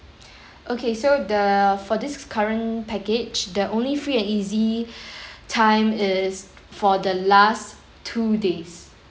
okay so the for this current package the only free and easy time is for the last two days